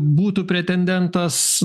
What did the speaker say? būtų pretendentas